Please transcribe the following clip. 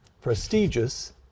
prestigious